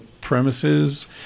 premises